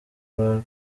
bar